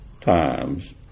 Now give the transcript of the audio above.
times